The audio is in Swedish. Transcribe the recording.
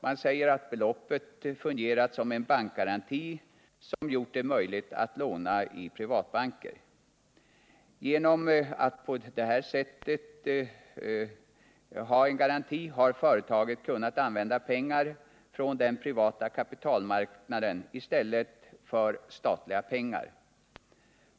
De säger att beloppet har fungerat som en bankgaranti, som gjort det möjligt att låna i privatbanker. Genom att på detta sätt ha en garanti har företaget kunnat använda pengar från den privata kapitalmarknaden i stället för statliga pengar.